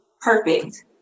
perfect